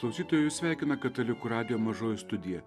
klausytojus sveikina katalikų radijo mažoji studija